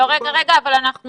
חברה בע"מ